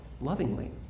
lovingly